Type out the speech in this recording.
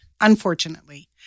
unfortunately